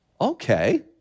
Okay